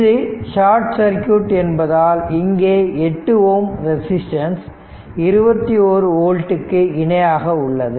இது short circuit என்பதால் இங்கே 8Ω ரெசிஸ்டன்ஸ் 21 ஓல்ட் க்கு இணையாக உள்ளது